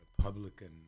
Republican